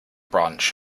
branch